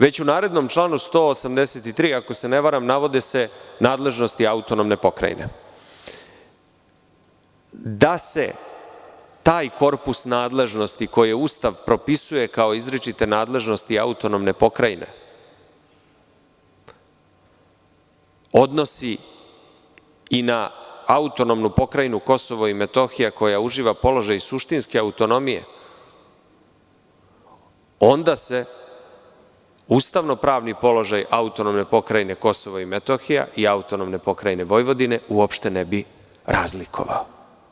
Već u narednom članu 183, ako se ne varam, navode se nadležnosti autonomne pokrajine, da se taj korpus nadležnosti koje Ustav propisuje kao izričite nadležnosti autonomne pokrajine odnosi i na AP Kosovo i Metohija koja uživa položaj suštinske autonomije onda se ustavno-pravni položaj AP Kosova i Metohije i AP Vojvodine uopšte ne bi razlikovao.